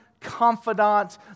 confidant